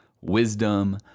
wisdom